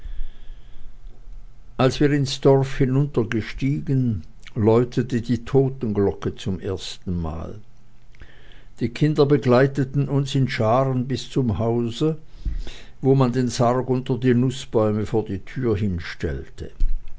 als wir ins dorf hinuntergestiegen läutete die totenglocke zum ersten mal kinder begleiteten uns in scharen bis zum hause wo man den sarg unter die nußbäume vor die tür hinstellte